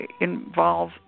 involve